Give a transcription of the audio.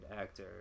actor